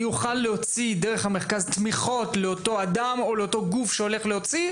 אני אוכל להוציא דרך המרכז תמיכות לאותו אדם או לאותו גוף שהולך להוציא,